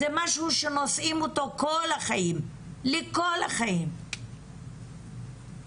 אתם קיבלתם ממש כלום לעומת הצרכים של מה שקיים